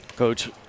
Coach